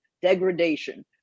degradation